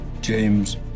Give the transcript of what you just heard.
James